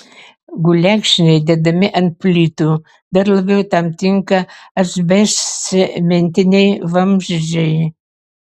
gulekšniai dedami ant plytų dar labiau tam tinka asbestcementiniai vamzdžiai